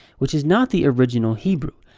which is not the original hebrew.